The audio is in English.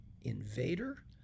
invader